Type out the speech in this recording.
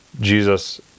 Jesus